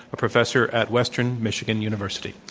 a professor at western michigan university.